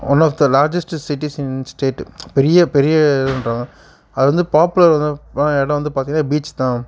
one of the largest cities in state பெரிய பெரிய இதுகிறாங்க அது வந்து பாப்புலர் ஆன இடம் வந்து பார்த்தீங்னா பீச்சி தான்